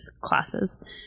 classes